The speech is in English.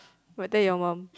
will tell your mum